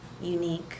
unique